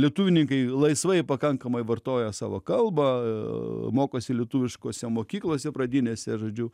lietuvininkai laisvai pakankamai vartoja savo kalbą mokosi lietuviškose mokyklose pradinėse žodžiu